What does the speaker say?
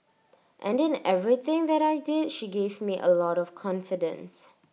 and in everything that I did she gave me A lot of confidence